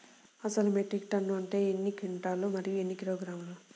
అసలు metric ton అంటే ఎన్ని క్వింటాలు మరియు ఎన్ని కిలోగ్రాములు?